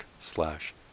slash